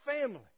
family